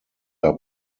are